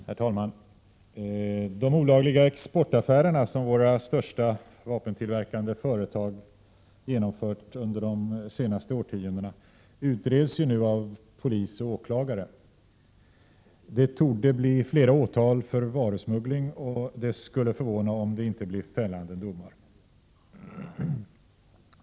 Herr talman! De olagliga exportaffärer som våra största vapentillverkande företag har genomfört under de senaste årtiondena utreds nu av polis och åklagare. Det torde bli flera åtal för varusmuggling. Det skulle förvåna mig om det inte också blir fällande domar.